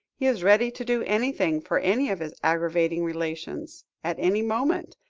he is ready to do any thing for any of his aggravating relations, at any moment,